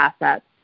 assets